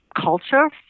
culture